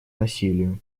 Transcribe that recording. насилию